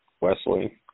Wesley